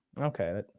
Okay